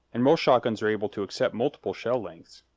and most shotguns are able to accept multiple shell lengths.